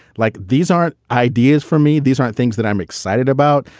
like these aren't ideas for me. these aren't things that i'm excited about.